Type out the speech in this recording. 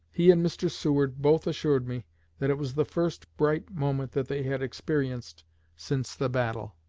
he and mr. seward both assured me that it was the first bright moment that they had experienced since the battle.